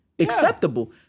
Acceptable